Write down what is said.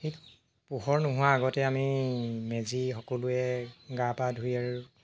ঠিক পোহৰ নোহোৱা আগতেই আমি মেজি সকলোৱে গা পা ধুই আৰু